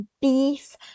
Beef